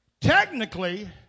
technically